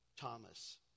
Thomas